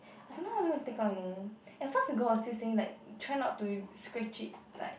I don't know how to go and take out you know and at first the girl was still saying like try not to scratch it like